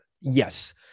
yes